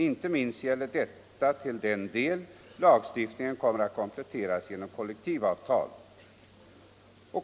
Inte minst gäller detta till den del lagstiftningen kommer att kompletteras genom kollektivavtal.